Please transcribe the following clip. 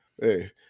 hey